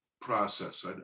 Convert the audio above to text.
process